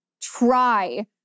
try